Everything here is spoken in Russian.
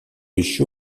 еще